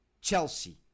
Chelsea